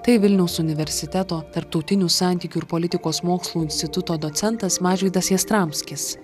tai vilniaus universiteto tarptautinių santykių ir politikos mokslų instituto docentas mažvydas jastramskis